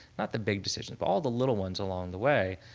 not the big decisions, but all the little ones along the way.